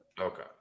Okay